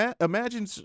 Imagine